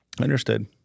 Understood